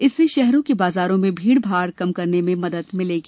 इससे शहरों के बाजारों में भीड़ भाड़ कम करने में मदद मिलेगी